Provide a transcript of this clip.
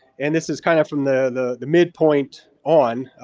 and this is kind of from the the midpoint on,